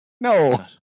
no